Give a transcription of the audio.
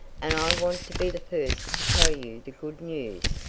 and i want to be the first to tell you the good news!